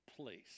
place